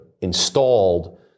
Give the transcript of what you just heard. installed